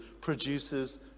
produces